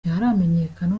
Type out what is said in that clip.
ntiharamenyekana